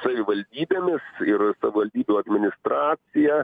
savivaldybėmis ir savivaldybių administracija